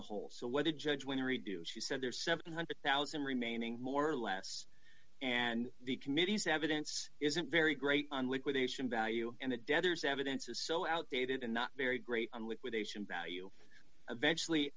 a whole so whether judge when reduced you said there are seven hundred thousand remaining more or less and the committee's evidence isn't very great on liquidation value and the debtor's evidence is so outdated and not very great on liquidation value eventual